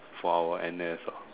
for our N_S ah